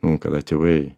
nu kada tėvai